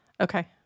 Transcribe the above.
Okay